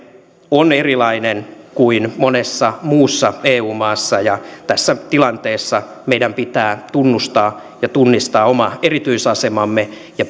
on erilainen kuin monessa muussa eu maassa ja tässä tilanteessa meidän pitää tunnustaa ja tunnistaa oma erityisasemamme ja